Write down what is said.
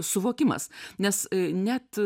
suvokimas nes net